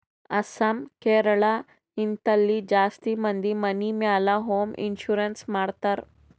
ಅಸ್ಸಾಂ, ಕೇರಳ, ಹಿಂತಲ್ಲಿ ಜಾಸ್ತಿ ಮಂದಿ ಮನಿ ಮ್ಯಾಲ ಹೋಂ ಇನ್ಸೂರೆನ್ಸ್ ಮಾಡ್ತಾರ್